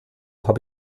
habe